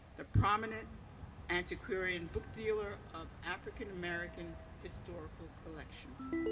the prominent antiquarian book dealer of african american historical collections.